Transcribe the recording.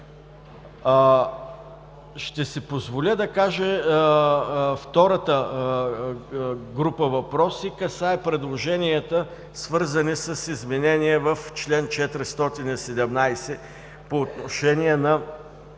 Ще си позволя да кажа втората група въпроси – касае предложенията, свързани с изменения в чл. 417, по отношение на